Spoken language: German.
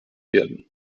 werden